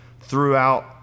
throughout